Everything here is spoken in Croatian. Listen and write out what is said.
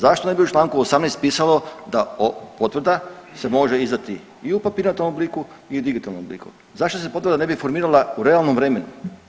Zašto ne bi u čl. 18. pisalo da potvrda se može izdati i u papirnatom obliku i u digitalnom obliku, zašto se potvrda ne bi formirala u realnom vremenu?